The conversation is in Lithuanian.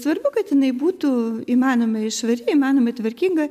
svarbu kad jinai būtų įmanomai švari įmanomai tvarkinga